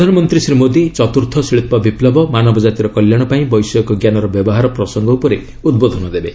ପ୍ରଧାନମନ୍ତ୍ରୀ ଶ୍ରୀ ମୋଦୀ 'ଚତୁର୍ଥ ଶିଳ୍ପ ବିପ୍ଲବ ମାନବଜାତିର କଲ୍ୟାଣ ପାଇଁ ବୈଷୟିକଜ୍ଞାନର ବ୍ୟବହାର' ପ୍ରସଙ୍ଗ ଉପରେ ଉଦ୍ବୋଧନ ଦେବେ